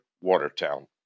Watertown